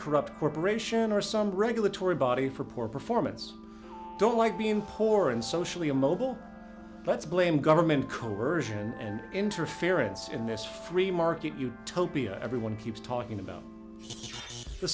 corrupt corporation or some regulatory body for poor performance don't like being poor and socially immobile let's blame government coercion and interference in this free market utopia everyone keeps talking about the